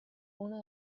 una